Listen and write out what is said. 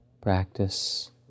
practice